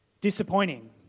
disappointing